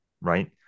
right